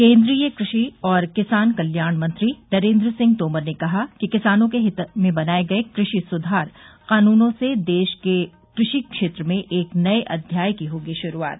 केन्द्रीय कृषि और किसान कल्याण मंत्री नरेंद्र सिंह तोमर ने कहा कि किसानों के हित में बनाये गए कृषि सुधार कानूनों से देश के कृषि क्षेत्र में एक नए अध्याय की होगी श्रूआत